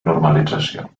normalització